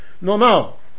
normal